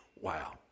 Wow